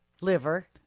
liver